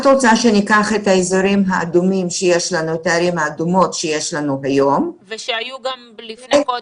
את רוצה שניקח את הערים האדומות שיש לנו היום --- ושהיו גם לפני חודש,